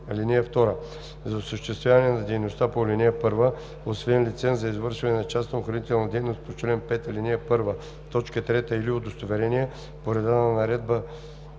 (2) За осъществяване на дейността по ал. 1, освен лиценз за извършване на частна охранителна дейност по чл. 5, ал. 1, т. 3 или удостоверение по реда на наредбата